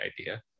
idea